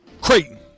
Creighton